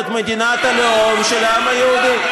זאת מדינת הלאום של העם היהודי.